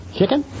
Chicken